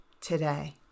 today